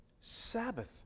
Sabbath